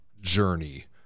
journey